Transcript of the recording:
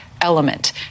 element